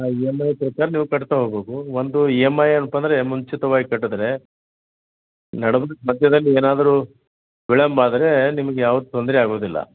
ಆ E M I ಪ್ರಕಾರ ನೀವು ಕಟ್ತಾ ಹೋಗಬೇಕು ಒಂದು ಇ ಎಮ್ ಐ ಅಂತಂದರೆ ಮುಂಚಿತವಾಗಿ ಕಟ್ಟಿದ್ರೆ ನಡೆದು ಬಿಟ್ಟು ಮಧ್ಯದಲ್ಲಿ ಏನಾದರೂ ವಿಳಂಬ ಆದರೆ ನಿಮ್ಗೆ ಯಾವ್ದೂ ತೊಂದರೆ ಆಗೋದಿಲ್ಲ